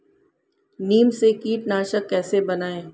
नीम से कीटनाशक कैसे बनाएं?